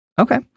Okay